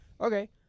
Okay